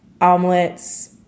omelets